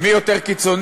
מי יותר קיצוני,